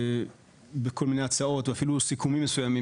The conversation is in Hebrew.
בכל מיני הצעות ואפילו סיכומים מסוימים